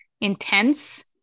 intense